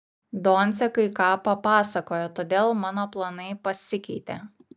doncė kai ką papasakojo todėl mano planai pasikeitė